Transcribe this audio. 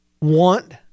want